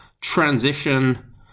Transition